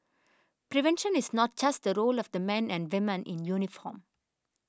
prevention is not just the role of the men and women in uniform